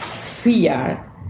fear